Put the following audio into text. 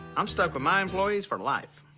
i'm stuck with my employees for life.